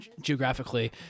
geographically